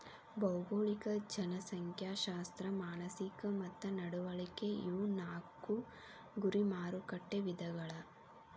ಭೌಗೋಳಿಕ ಜನಸಂಖ್ಯಾಶಾಸ್ತ್ರ ಮಾನಸಿಕ ಮತ್ತ ನಡವಳಿಕೆ ಇವು ನಾಕು ಗುರಿ ಮಾರಕಟ್ಟೆ ವಿಧಗಳ